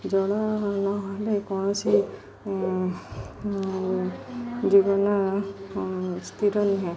ଜଳ ନହେଲେ କୌଣସି ଜୀବନ ସ୍ଥିର ନୁହେଁ